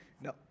No